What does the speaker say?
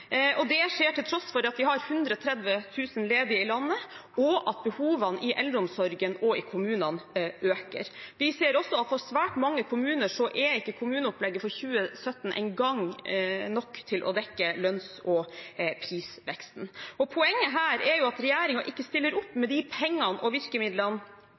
og det skjer til tross for at vi har 130 000 ledige i landet, og at behovene i eldreomsorgen og i kommunene øker. Vi ser også at for svært mange kommuner er ikke kommuneopplegget for 2017 engang nok til å dekke lønns- og prisveksten. Poenget her er at regjeringen ikke stiller opp med de pengene og virkemidlene